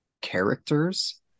characters